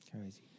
Crazy